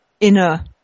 inner